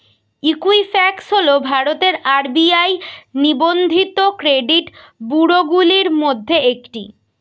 Equifax হল ভারতের RBI নিবন্ধিত ক্রেডিট ব্যুরোগুলির মধ্যে একটি